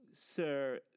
Sir